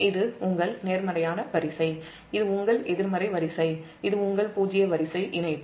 இது உங்கள் நேர்மறையான வரிசை இது உங்கள் எதிர்மறை வரிசை இது உங்கள் பூஜ்ஜியம்வரிசை இணைப்பு